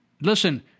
Listen